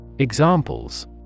Examples